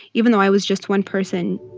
even though i was just one person